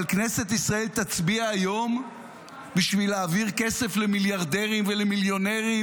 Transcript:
אבל כנסת ישראל תצביע היום בשביל להעביר כסף למיליארדרים ולמיליונרים,